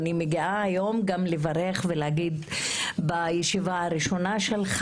אני מגיעה היום גם לברך בישיבה הראשונה שלך.